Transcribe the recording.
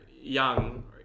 young